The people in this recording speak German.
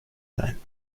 sein